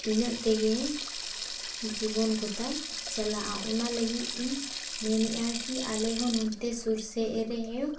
ᱤᱱᱟᱹᱜ ᱛᱮᱜᱮ ᱡᱤᱵᱚᱱ ᱠᱚᱛᱟᱭ ᱪᱟᱞᱟᱜᱼᱟ ᱚᱱᱟ ᱞᱟᱹᱜᱤᱫ ᱤᱧ ᱢᱮᱱᱮᱫᱼᱟ ᱠᱤ ᱟᱞᱮᱦᱚᱸ ᱱᱚᱛᱮ ᱥᱩᱨ ᱥᱮᱫᱨᱮ